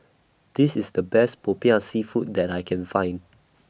This IS The Best Popiah Seafood that I Can Find